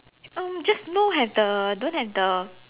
um just no have the don't have the